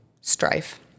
strife